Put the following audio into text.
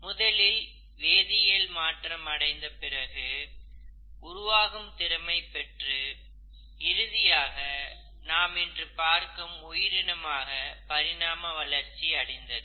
முதலில் வேதியல் மாற்றம் அடைந்தது பிறகு உருவாக்கும் திறமை பெற்றது இறுதியாக நாம் இன்று பார்க்கும் உயிரினமாக பரிணாம வளர்ச்சி அடைந்தது